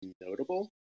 notable